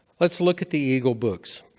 let's look at the eagle books.